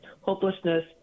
hopelessness